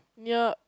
near